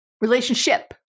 Relationship